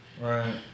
Right